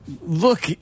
Look